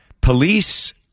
police